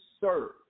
serve